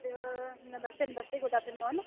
नमस्ते नमस्ते good afternoon ma'am